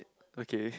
okay